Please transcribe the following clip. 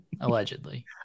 allegedly